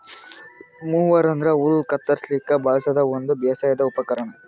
mower ಅಂದ್ರ ಹುಲ್ಲ್ ಕತ್ತರಸ್ಲಿಕ್ ಬಳಸದ್ ಒಂದ್ ಬೇಸಾಯದ್ ಉಪಕರ್ಣ್